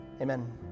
amen